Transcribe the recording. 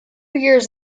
years